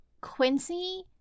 quincy